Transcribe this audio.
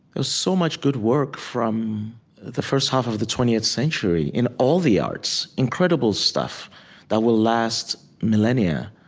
there's so much good work from the first half of the twentieth century in all the arts, incredible stuff that will last millennia.